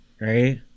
right